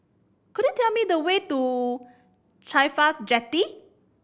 could you tell me the way to CAFHI Jetty